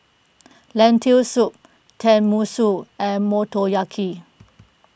Lentil Soup Tenmusu and Motoyaki